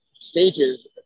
stages